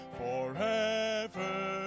forever